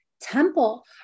temple